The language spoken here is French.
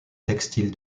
textile